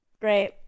Great